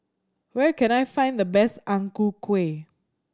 where can I find the best Ang Ku Kueh